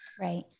Right